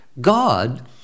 God